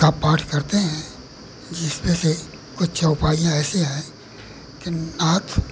का पाठ करते हैं जिसमें से कुछ चौपाइयाँ ऐसी हैं कि नाथ